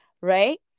right